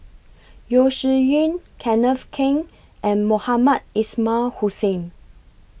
Yeo Shih Yun Kenneth Keng and Mohamed Ismail Hussain